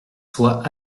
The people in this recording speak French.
soit